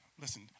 Listen